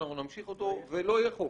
אנחנו נמשיך אותו ולא יהיה חוק.